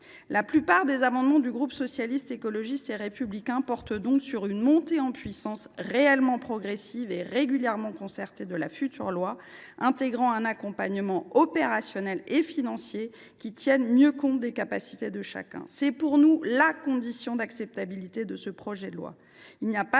La plupart des amendements du groupe Socialiste, Écologiste et Républicain visent donc à assurer une montée en puissance réellement progressive et faisant l’objet d’une concertation régulière de la future loi, avec un accompagnement opérationnel et financier qui tienne mieux compte des capacités de chacun. C’est pour nous la condition de l’acceptabilité du projet de loi.